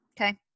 Okay